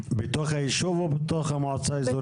בתוך הישוב או בתוך המועצה האזורית?